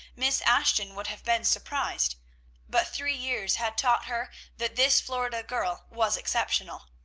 miss ashton would have been surprised but three years had taught her that this florida girl was exceptional.